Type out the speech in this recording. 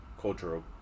cultural